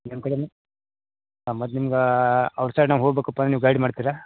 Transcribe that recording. ನಿಮ್ಮ ಕಡೆನೂ ಹಾಂ ಮತ್ತು ನಿಮ್ಗೆ ಔಟ್ಸೈಡ್ನಾಗೆ ಹೋಗಬೇಕಪ್ಪ ಅಂದ್ರ್ ನೀವು ಗೈಡ್ ಮಾಡ್ತೀರಾ